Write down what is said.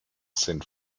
sind